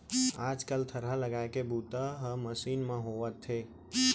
आज कल थरहा लगाए के बूता ह मसीन म होवथे